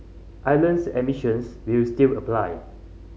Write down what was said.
islands admissions will still apply